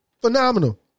Phenomenal